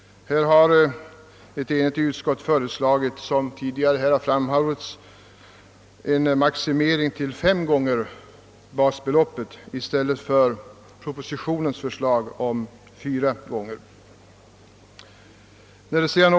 Som tidigare sagts har ett enhälligt utskott där föreslagit en maximering till fem gånger basbeloppet, mot propositionens förslag om fyra gånger basbeloppet.